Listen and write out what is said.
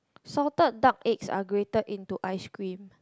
salted duck eggs are grated into ice cream